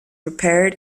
repaired